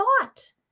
thought